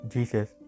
Jesus